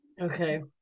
Okay